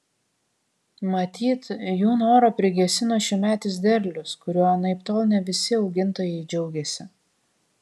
matyt jų norą prigesino šiųmetis derlius kuriuo anaiptol ne visi augintojai džiaugėsi